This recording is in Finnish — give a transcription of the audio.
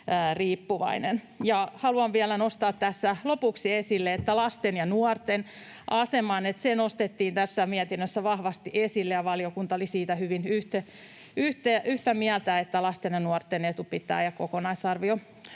Haluan vielä nostaa tässä lopuksi esille, että lasten ja nuorten asema nostettiin tässä mietinnössä vahvasti esille. Valiokunta oli siitä hyvin yhtä mieltä, että lasten ja nuorten etu ja kokonaisarvio